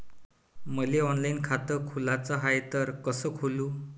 मले ऑनलाईन खातं खोलाचं हाय तर कस खोलू?